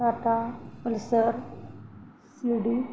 Tata Pulsar C D